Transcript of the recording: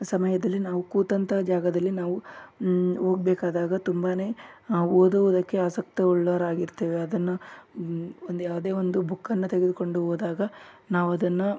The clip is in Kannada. ಸಮಯದಲ್ಲಿ ನಾವು ಕೂತಂಥ ಜಾಗದಲ್ಲಿ ನಾವು ಹೋಗ್ಬೇಕಾದಾಗ ತುಂಬಾ ನಾವು ಓದೋದಕ್ಕೆ ಆಸಕ್ತಿ ಉಳ್ಳವರಾಗಿರ್ತೇವೆ ಅದನ್ನು ಒಂದು ಯಾವುದೇ ಒಂದು ಬುಕ್ಕನ್ನು ತೆಗೆದುಕೊಂಡು ಹೋದಾಗ ನಾವದನ್ನು